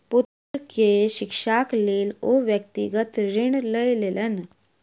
पुत्र के शिक्षाक लेल ओ व्यक्तिगत ऋण लय लेलैन